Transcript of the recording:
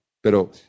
pero